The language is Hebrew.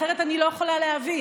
אחרת אני לא יכולה להבין.